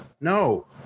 No